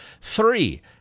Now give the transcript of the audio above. Three